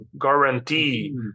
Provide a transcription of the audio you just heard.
guarantee